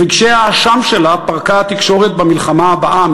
את רגשי האשם שלה פרקה התקשורת במלחמה הבאה,